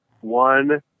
One